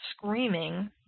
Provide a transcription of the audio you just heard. screaming